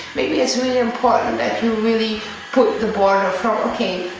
maybe it's really important that you really put the border from okay,